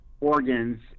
organs